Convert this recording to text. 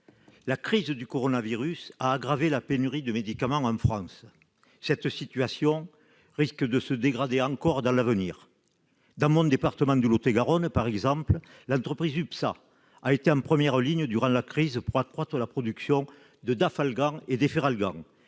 La crise du coronavirus a aggravé la pénurie de médicaments en France. Cette situation risque de se dégrader encore à l'avenir. Dans mon département de Lot-et-Garonne, par exemple, l'entreprise UPSA a été en première ligne durant la crise pour accroître la production de Dafalgan et d'Efferalgan.